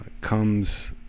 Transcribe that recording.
comes